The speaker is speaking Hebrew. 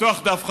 לפתוח דף חדש,